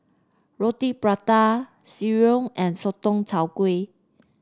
Roti Prata sireh and Sotong Char Kway